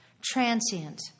Transient